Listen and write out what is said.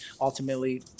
ultimately